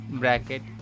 bracket